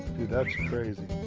that's crazy.